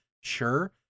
sure